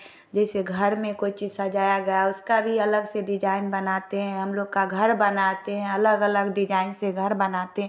जैसे घर में कोई चीज़ सजाया गया उसका भी अलग से डिजाईन डिजाईन बनाते हैं हम लोग का घर बनाते है अलग अलग डिजाईन से घर बनाते हैं